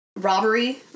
Robbery